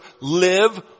live